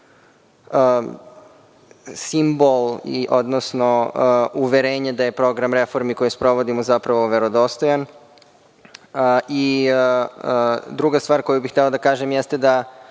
simbol, odnosno uverenje da je program reformi koji sprovodimo verodostojan. Druga stvar koju bih hteo da kažem jeste da